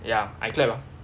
yeah I clap ah